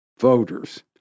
voters